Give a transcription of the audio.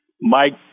Mike